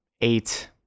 eight